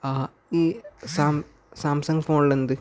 ആ ഈ സാം സാംസങ് ഫോണിൽ എന്ത്